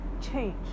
change